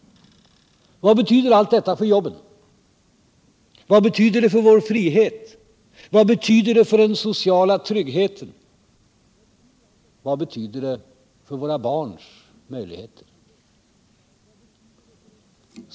Vad betyder allt detta för jobben? Vad betyder det för vår frihet? Vad betyder det för den sociala Finansdebatt Finansdebatt tryggheten? Vad betyder det för våra barns möjligheter?